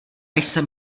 jsem